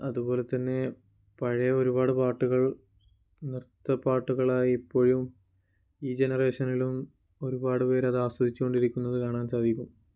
അതുപോലെ തന്നെ പഴയ ഒരുപാട് പാട്ടുകൾ നൃത്ത പാട്ടുകളായി ഇപ്പോഴും ഈ ജനറേഷനിലും ഒരുപാട് പേര് അത് ആസ്വദിച്ചു കൊണ്ടിരിക്കുന്നത് കാണാൻ സാധിക്കും